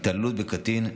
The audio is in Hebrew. התעללות בקטין,